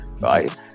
right